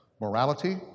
morality